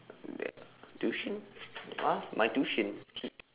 then tuition !huh! my tuition tui~